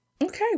Okay